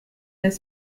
n’est